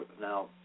now